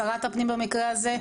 שרת הפנים במקרה הזה,